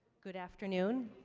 good afternoon.